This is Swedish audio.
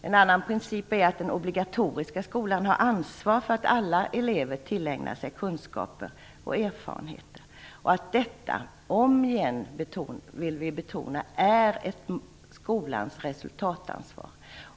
En annan princip är att den obligatoriska skolan har ansvar för att alla elever tillägnar sig kunskaper och erfarenheter, och detta - det vill vi om igen betona - är skolans resultatansvar.